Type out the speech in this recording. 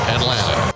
Atlanta